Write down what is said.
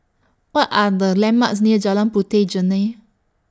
What Are The landmarks near Jalan Puteh Jerneh